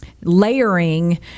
layering